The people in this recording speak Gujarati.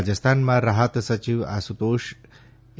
રાજસ્થાનમાં રાફત સચિવ આશુતોષ એ